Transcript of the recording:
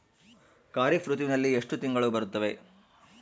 ಖಾರೇಫ್ ಋತುವಿನಲ್ಲಿ ಎಷ್ಟು ತಿಂಗಳು ಬರುತ್ತವೆ?